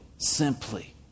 simply